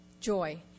joy